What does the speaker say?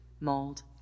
Mold